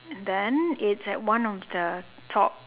then it's at one of the top